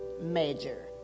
major